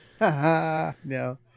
no